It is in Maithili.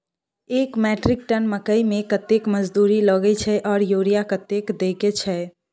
एक मेट्रिक टन मकई में कतेक मजदूरी लगे छै आर यूरिया कतेक देके छै?